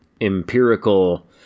empirical